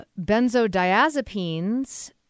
benzodiazepines